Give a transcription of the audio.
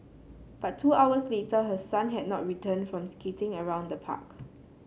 but two hours later her son had not returned from skating around the park